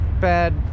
bad